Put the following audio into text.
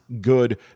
good